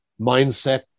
mindset